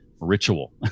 ritual